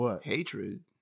Hatred